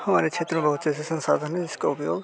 हमारे क्षेत्र में बहुत से ऐसे संसाधन हैं इसका उपयोग